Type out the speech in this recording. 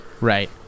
right